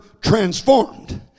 transformed